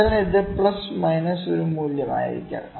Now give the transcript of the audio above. അതിനാൽ ഇത് plus minus ഒരു മൂല്യം ആയിരിക്കാം